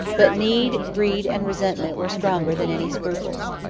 but need, greed, and resentment were stronger than any scruples.